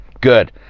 Good